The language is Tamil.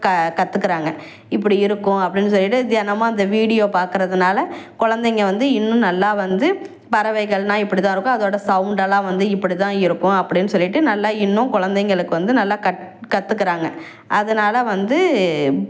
க கத்துக்கிறாங்க இப்படி இருக்கும் அப்படின்னு சொல்லிட்டு தினமும் அந்த வீடியோ பார்க்குறதுனால குலந்தைங்க வந்து இன்னும் நல்லா வந்து பறவைகள்னால் இப்படி தான் இருக்கும் அதோடய சவுண்ட் எல்லாம் வந்து இப்படி தான் இருக்கும் அப்படின்னு சொல்லிட்டு நல்லா இன்னும் குலந்தைகளுக்கு வந்து நல்லா கட் கத்துக்கிறாங்க அதனால வந்து